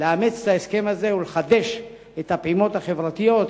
לאמץ את ההסכם הזה ולחדש את הפעימות החברתיות,